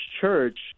church